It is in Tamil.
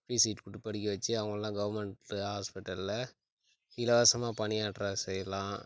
ஃப்ரீ சீட் கொடுத்து படிக்க வெச்சி அவங்களைலாம் கவர்மெண்ட்டு ஹாஸ்பிட்டலில் இலவசமாக பணியாற்ற செய்யலாம்